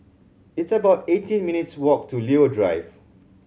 it's about eighteen minutes' walk to Leo Drive